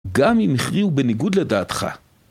גם אם הכריעו בניגוד לדעתך.